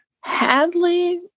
Hadley